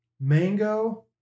mango